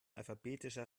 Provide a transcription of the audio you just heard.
alphabetischer